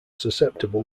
susceptible